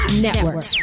Network